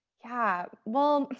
yeah. well,